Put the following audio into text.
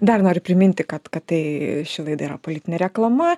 dar noriu priminti kad kad tai ši laida yra politinė reklama